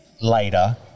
later